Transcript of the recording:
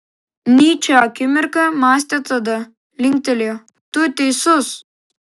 nyčė akimirką mąstė tada linktelėjo tu teisus